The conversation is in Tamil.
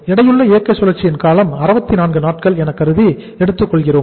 எடையுள்ள இயற்கை சுழற்சியின் காலம் 64 நாட்கள் எனக்கருதி எடுத்துக் கொள்கிறோம்